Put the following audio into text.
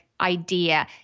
idea